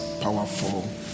powerful